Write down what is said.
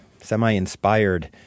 semi-inspired